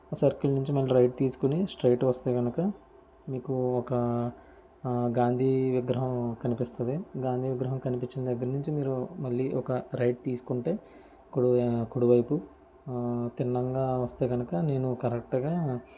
ఆ సర్కిల్ నుంచి మళ్ళీ రైట్ తీసుకుని స్ట్రైట్ గా వస్తే కనుక మీకు ఒక గాంధీ విగ్రహం కనిపిస్తుంది గాంధీ విగ్రహం కనిపించిన దగ్గర నుంచి మీరు మళ్ళీ ఒక రైట్ తీసుకుంటే అప్పుడు కుడివైపు తిన్నంగా వస్తే కనుక నేను కరెక్ట్ గా